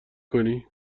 کنی